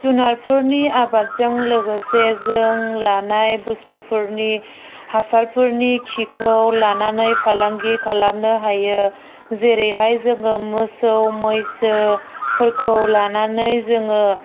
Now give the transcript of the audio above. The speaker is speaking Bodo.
जुनारफोरनि आबादजों लोगोसे जों लानाय बुस्थुफोरनि हासारफोरनि खिखौ लानानै फालांगि खालामनो हायो जेरैहाय जोङो मोसौ मैसोफोरखौ लानानै जोङो